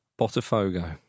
Botafogo